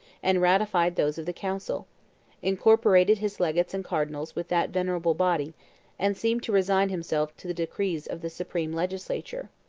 and ratified those of the council incorporated his legates and cardinals with that venerable body and seemed to resign himself to the decrees of the supreme legislature.